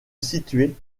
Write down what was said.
situait